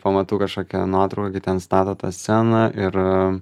pamatau kažkokią nuotrauką kai ten stato tą sceną ir